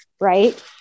right